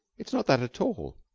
it's not that at all.